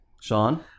Sean